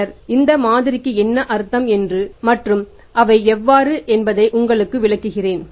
பின்னர் இந்த மாதிரிக்கு என்ன அர்த்தம் மற்றும் அவை எவ்வாறு என்பதை உங்களுக்கு விளக்குகிறேன்